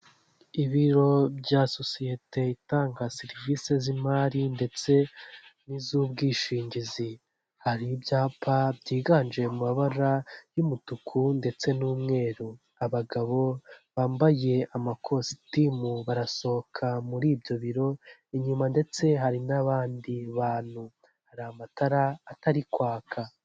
Ibiro bya sosiyete itanga serivisi z'imari ndetse n'iz'ubwishingizi hari ibyapa byiganje mu mabara y'umutuku ndetse n'umweru, abagabo bambaye amakositimu barasohoka muri ibyo biro inyuma ndetse hari n'abandi bantu, hari amatara atari kwaka.